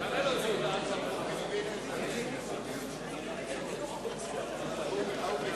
הכנסת, להלן תוצאות ההצבעה: בעד ההסתייגות, 46,